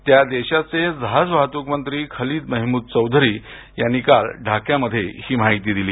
त्या देशाचे जहाज वाहतूक मंत्री खलीद महमूद चौधरी यांनी काल ढाक्यामध्ये ही माहिती दिली